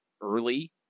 early